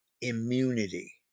immunity